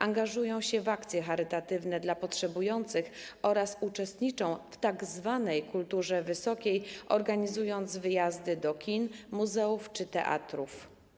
Angażują się w akcje charytatywne dla potrzebujących oraz uczestniczą w tzw. kulturze wysokiej, organizując wyjazdy do kin, muzeów czy teatrów.